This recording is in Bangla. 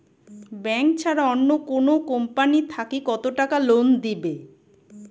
ব্যাংক ছাড়া অন্য কোনো কোম্পানি থাকি কত টাকা লোন দিবে?